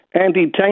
anti-tank